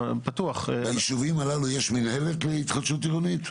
ביישובים הללו יש מינהלת להתחדשות עירונית?